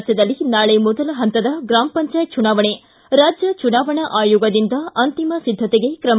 ರಾಜ್ಯದಲ್ಲಿ ನಾಳೆ ಮೊದಲ ಹಂತದ ಗ್ರಾಮ ಪಂಚಾಯತ್ ಚುನಾವಣೆ ರಾಜ್ಯ ಚುನಾವಣಾ ಆಯೋಗದಿಂದ ಅಂತಿಮ ಸಿದ್ದತೆಗೆ ಕ್ರಮ